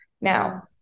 Now